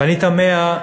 ואני תמה,